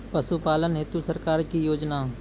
पशुपालन हेतु सरकार की योजना?